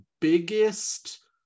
biggest